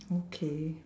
okay